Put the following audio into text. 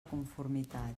conformitat